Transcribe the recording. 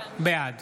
בעד